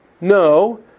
No